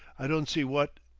i don't see what.